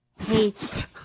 hate